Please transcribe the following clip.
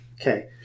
Okay